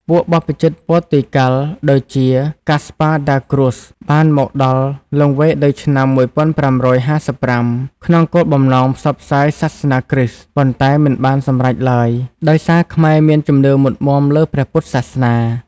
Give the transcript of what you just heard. ពួកបព្វជិតព័រទុយហ្គាល់ដូចជា ហ្គាស្ប៉ាដាគ្រួស បានមកដល់លង្វែកនៅឆ្នាំ ១៥៥៥ ក្នុងបំណងផ្សព្វផ្សាយសាសនាគ្រិស្ត ប៉ុន្តែមិនបានសម្រេចឡើយ ដោយសារខ្មែរមានជំនឿមុតមាំលើព្រះពុទ្ធសាសនា។